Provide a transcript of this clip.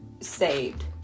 saved